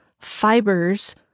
fibers